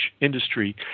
industry